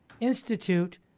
Institute